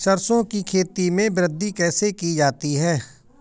सरसो की खेती में वृद्धि कैसे की जाती है?